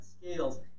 scales